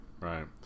right